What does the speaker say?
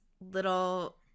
little